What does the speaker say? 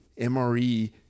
mre